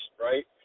right